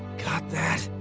got that?